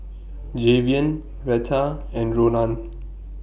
Jayvion Retta and Ronan